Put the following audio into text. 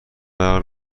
برق